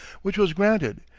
which was granted,